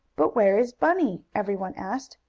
but where is bunny? everyone asked.